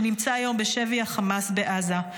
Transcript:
שנמצא היום בשבי החמאס בעזה.